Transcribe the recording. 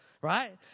right